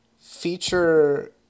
feature